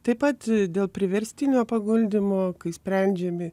taip pat dėl priverstinio paguldymo kai sprendžiami